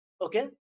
okay